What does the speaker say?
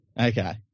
Okay